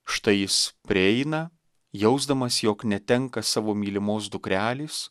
štai jis prieina jausdamas jog netenka savo mylimos dukrelės